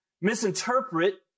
Misinterpret